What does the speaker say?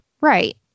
Right